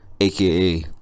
aka